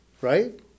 Right